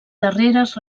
darreres